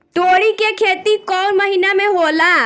तोड़ी के खेती कउन महीना में होला?